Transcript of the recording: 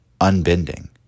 Unbending